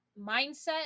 mindset